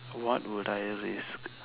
what would I risk